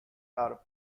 are